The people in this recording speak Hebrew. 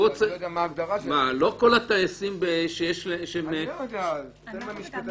מה, לא כל הטייסים --- תן למשפטנים.